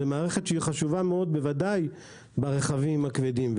זאת מערכת חשובה מאוד ובוודאי ברכבים הכבדים.